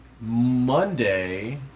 Monday